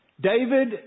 David